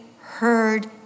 heard